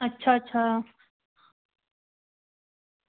अच्छा अच्छा